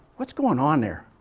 what's going on there?